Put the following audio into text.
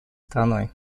страной